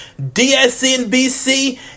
DSNBC